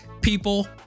people